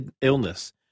illness